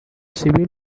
civil